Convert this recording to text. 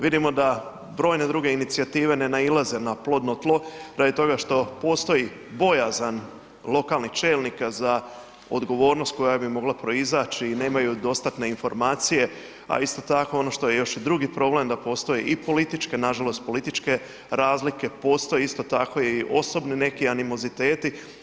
Vidimo da brojne druge inicijative ne nailaze na plodno tlo radi toga što postoji bojazan lokalnih čelnika za odgovornost koja bi mogla proizaći i nemaju dostatne informacije, a isto tako, ono što je još i drugi problem, da postoje i političke, nažalost političke razlike, postoje isto tako i osobni neki animoziteti.